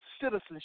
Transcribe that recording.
Citizenship